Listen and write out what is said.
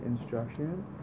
Instruction